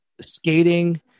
skating